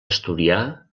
asturià